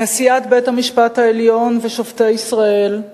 נשיאת בית-המשפט העליון ושופטי ישראל,